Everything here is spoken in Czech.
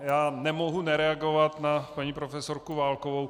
Já nemohu nereagovat na paní profesorku Válkovou.